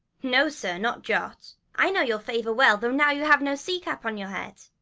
no, sir, no jot i know your favour well, though now you have no sea-cap on your head.